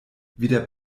weder